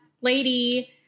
lady